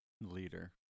leader